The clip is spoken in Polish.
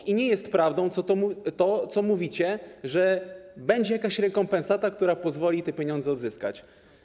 I nie jest prawdą to, co mówicie, że będzie jakaś rekompensata, która pozwoli te pieniądze odzyskać.